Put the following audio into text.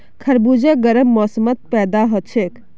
खरबूजा गर्म मौसमत पैदा हछेक